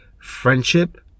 friendship